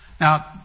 Now